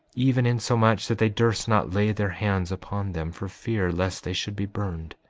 even insomuch that they durst not lay their hands upon them for fear lest they should be burned.